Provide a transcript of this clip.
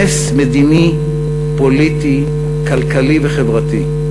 נס מדיני, פוליטי, כלכלי וחברתי.